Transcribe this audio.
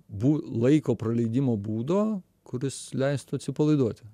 bū laiko praleidimo būdo kuris leistų atsipalaiduoti